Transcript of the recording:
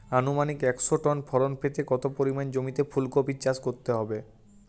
আনুমানিক একশো টন ফলন পেতে কত পরিমাণ জমিতে ফুলকপির চাষ করতে হবে?